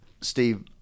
steve